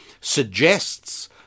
suggests